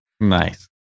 Nice